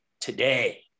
today